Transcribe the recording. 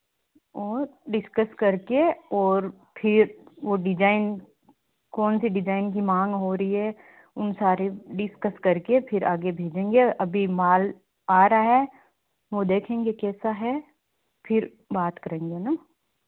और डिस्कस करके और फिर वह डिजाइन कौनसी डिजाइन की माँग हो रही है उन सारे डिस्कस करके फिर आगे भेजेंगे अभी माल आ रहा है वह देखेंगे कैसा है फिर बात करेंगे है ना